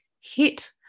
hit